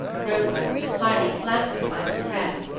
rover, highly flattered by her caress,